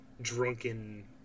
drunken